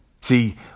See